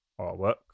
artwork